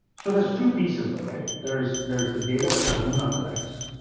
so there's two pieces though, right? there's there's the data that kahuna collects,